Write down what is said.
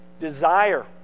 desire